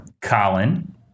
Colin